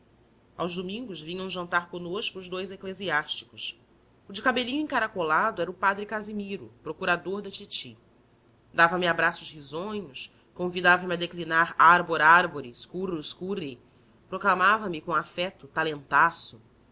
aos domingos vinham jantar conosco os dous eclesiásticos o de cabelinho encaracolado era o padre casimiro procurador da titi dava-me abraços risonhos convidava me a declinar arbor arboris currus curri proclamava me com afeto talentaço